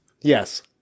Yes